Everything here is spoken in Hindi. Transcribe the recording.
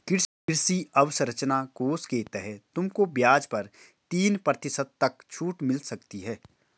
कृषि अवसरंचना कोष के तहत तुमको ब्याज पर तीन प्रतिशत तक छूट मिल सकती है